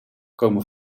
komen